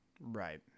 Right